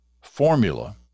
formula